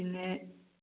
പിന്നെ